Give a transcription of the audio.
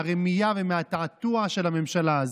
מהרמייה ומהתעתוע של הממשלה הזאת.